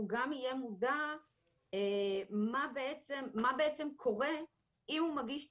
גם יהיה מודע מה בעצם קורה אם הוא מגיש תצהיר,